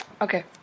okay